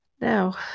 Now